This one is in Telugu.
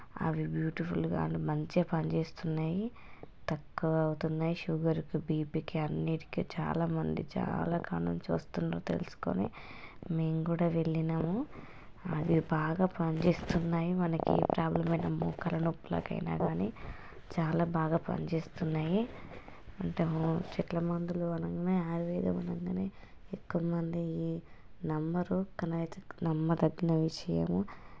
అవి బ్యూటిఫుల్గాను మంచిగా పనిచేస్తున్నాయి తక్కువ అవుతున్నాయి షుగర్కి బీపీకి అన్నిటికీ చాలామంది చాలా కాడ్నుంచి వస్తున్నారు తెలుసుకొని మేము కూడా వెళ్ళినాము అవి బాగా పనిచేస్తున్నాయి మనకి ప్రాబ్లం అయినా మోకాళ్ళ నొప్పులకైనా కానీ చాలా బాగా పనిచేస్తున్నాయి అంటే చెట్ల మందులు అనగానే ఆయుర్వేదం అనగానే ఎక్కువమంది ఇవి నమ్మరు కానీ అయితే నమ్మదగిన విషయము